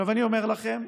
עכשיו אני אומר לכם,